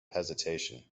hesitation